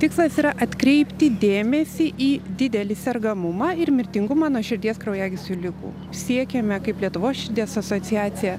tikslas yra atkreipti dėmesį į didelį sergamumą ir mirtingumą nuo širdies kraujagyslių ligų siekiame kaip lietuvos širdies asociacija